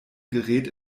gerät